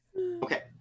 okay